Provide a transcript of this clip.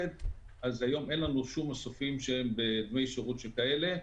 היום אין לנו שום מסופים עם דמי שירות שכאלה,